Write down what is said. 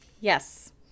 Yes